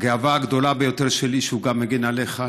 הגאווה הגדולה ביותר שלי היא שהוא מגן גם עליך,